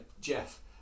Jeff